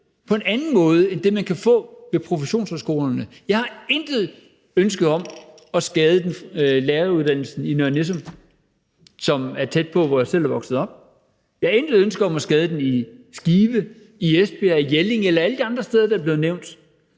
på en anden måde end det, man kan få på produktionshøjskolerne. Jeg har intet ønske om at skade læreruddannelsen i Nørre Nissum, som er tæt på der, hvor jeg selv er vokset op. Jeg har intet ønske om at skade den i Skive, i Esbjerg eller i Jelling eller i nogen af alle de andre steder, der er blevet nævnt.